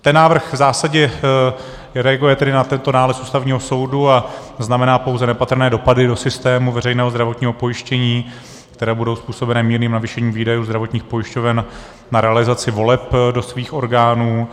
Ten návrh v zásadě reaguje tedy na tento nález Ústavního soudu a znamená pouze nepatrné dopady do systému veřejného zdravotního pojištění, které budou způsobené mírným navýšením výdajů zdravotních pojišťoven na realizaci voleb do svých orgánů.